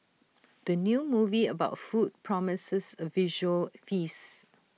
the new movie about food promises A visual feast